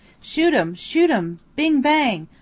shoot um shoot um bing, bang!